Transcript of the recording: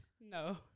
No